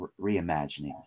reimagining